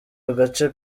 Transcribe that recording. agace